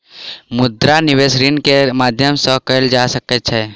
मुद्रा निवेश ऋण के माध्यम से कएल जा सकै छै